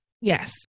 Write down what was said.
Yes